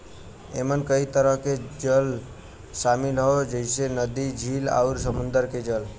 एमन कई तरह के जल शामिल हौ जइसे नदी, झील आउर समुंदर के जल